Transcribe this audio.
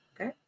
Okay